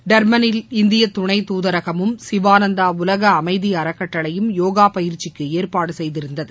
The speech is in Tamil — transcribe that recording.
டர்பளில் இந்திய துணை தூதரகமும் சிவானந்தா உலக அமைதி அறக்கட்டளையும் யோகா பயிற்சிக்கு ஏற்பாடு செய்திருந்தது